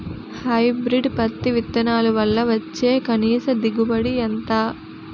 Hybrid పత్తి విత్తనాలు వల్ల వచ్చే కనీస దిగుబడి ఎంత?